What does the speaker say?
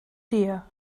deer